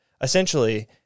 essentially